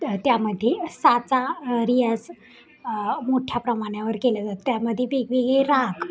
त्या त्यामध्ये साचा रियाज मोठ्या प्रमाणावर केल्या जातात त्यामध्ये वेगवेगळे राग